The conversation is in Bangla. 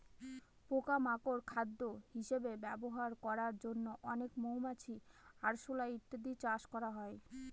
পোকা মাকড় খাদ্য হিসেবে ব্যবহার করার জন্য অনেক মৌমাছি, আরশোলা ইত্যাদি চাষ করা হয়